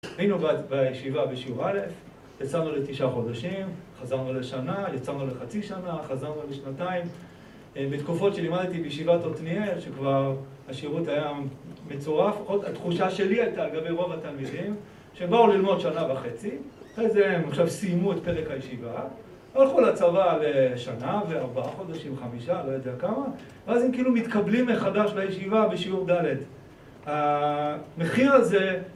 היינו בישיבה בשיעור א', יצאנו לתשעה חודשים, חזרנו לשנה, יצאנו לחצי שנה, חזרנו לשנתיים. בתקופות שלימדתי בישיבת עתניאל שכבר השירות היה מצורף, עוד התחושה שלי הייתה, לגבי רוב התלמידים שבאו ללמוד שנה וחצי, אחרי זה הם עכשיו סיימו את פרק הישיבה, הלכו לצבא לשנה וארבעה חודשים, חמישה, לא יודע כמה ואז הם כאילו מתקבלים מחדש לישיבה בשיעור ד'. המחיר הזה..